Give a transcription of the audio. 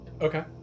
Okay